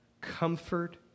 comfort